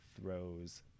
throws